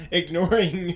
ignoring